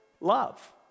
love